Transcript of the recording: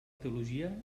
teologia